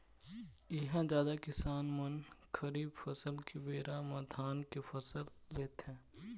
इहां जादा किसान मन खरीफ फसल के बेरा म धान के फसल लेथे